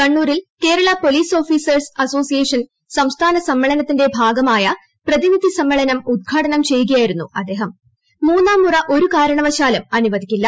കണ്ണൂരിൽ Kerala police officers association സംസ്ഥാന സമ്മേളനത്തിന്റെ ഭാഗമായ പ്രതിനിധി സമ്മേളനം ഉദ്ഘാടനം ചെയ്യുകയായിരുന്നു അദ്ദേഹം മൂന്നാം മുറ ഒരു കാരണവശാലും അനുവദിക്കില്ല